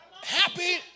Happy